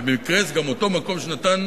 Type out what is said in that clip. ובמקרה זה גם אותו מקום שנתן